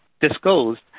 disclosed